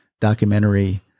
documentary